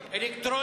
באותו סעיף 18,